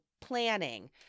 planning